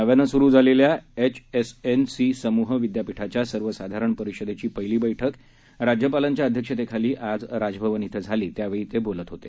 नव्यानं सुरु झालेल्या एच एस एन सी समूह विद्यापीठाच्या सर्वसाधारण परिषदेची पहिली बैठक राज्यपालांच्या अध्यक्षतेखाली आज राजभवन इथं झाली त्यावेळी ते बोलत होते